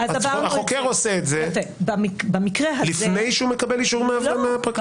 החוקר עושה את זה לפני שהוא מקבל אישור מהפרקליטות?